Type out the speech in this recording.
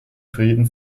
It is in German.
frieden